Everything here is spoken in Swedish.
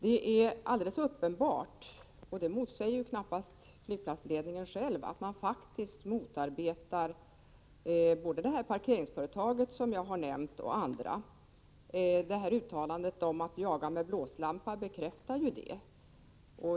Det är alldeles uppenbart — och det motsägs knappast av flygplatsledningen — att man faktiskt motarbetar både det här parkeringsföretaget, som jag har nämnt, och andra. Uttalandet om att ”jaga med blåslampa” bekräftar ju detta.